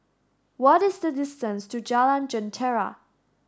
what is the distance to Jalan Jentera